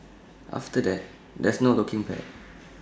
after that there's no looking back